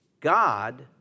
God